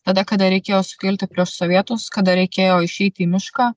tada kada reikėjo sukilti prieš sovietus kada reikėjo išeiti į mišką